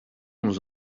nous